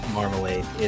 Marmalade